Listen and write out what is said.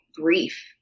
grief